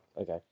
Okay